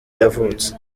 yavutse